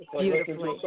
beautifully